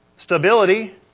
Stability